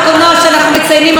איך תעודד משקיעים לעולם הקולנוע?